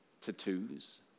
tattoos